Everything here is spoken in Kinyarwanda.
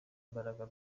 imbaraga